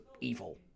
evil